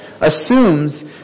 assumes